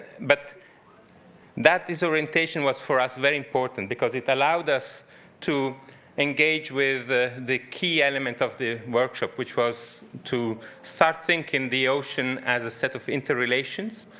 but that disorientation was, for us, very important, because it allowed us to engage with the the key element of the workshop, which was to start think in the ocean as a set of interrelations,